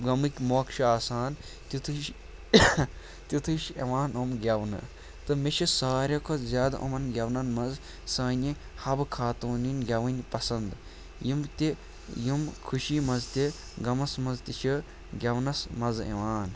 غمٕکۍ موقعہٕ چھِ آسان تیُتھُے چھِ تیُتھُے چھِ یِوان یِم گٮ۪ونہٕ تہٕ مےٚ چھِ ساروے کھۄتہٕ زیادٕ یِمَن گٮ۪ونَن منٛز سانہِ حَبہٕ خاتوٗنٕنۍ گٮ۪وٕنۍ پسنٛد یِم تہِ یِم خوشی منٛز تہِ غمَس منٛز تہِ چھِ گٮ۪ونَس مَزٕ یِوان